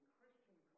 Christian